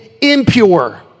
impure